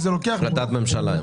החלטת ממשלה.